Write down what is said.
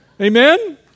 Amen